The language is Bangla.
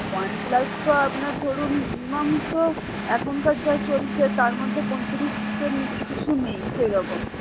ওয়ানপ্লাসটা আপনার ধরুন মিনিমাম তো এখনকার যা চলছে তার মধ্যে পঁয়ত্রিশের নীচে কিছু নেই সেইরকম